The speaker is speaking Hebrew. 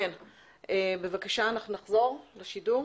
נחזור לשידור.